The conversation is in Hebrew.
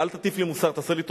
אל תטיף לי מוסר, תעשה לי טובה.